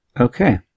Okay